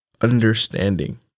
understanding